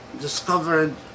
discovered